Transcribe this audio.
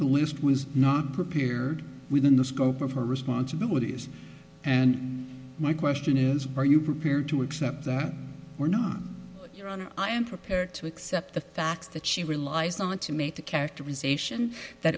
the least was not prepared within the scope of her responsibilities and my question is are you prepared to accept that were not i am prepared to accept the facts that she relies on to make the characterization that